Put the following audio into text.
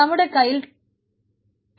നമ്മുടെ കൈയിൽ ടൂപ്പിൾസ് ഉണ്ട്